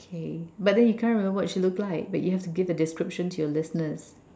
okay but then you can't remember what she looked like but you have to give the description to your listeners